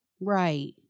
Right